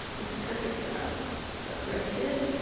it's perfect for them. but for a kid,